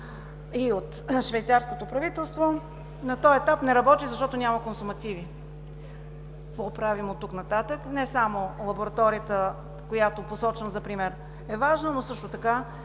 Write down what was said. и от швейцарското правителство, на този етап не работи, защото няма консумативи. Какво правим оттук нататък? Не само лабораторията, която посочвам за пример, е важна, но също така